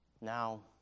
Now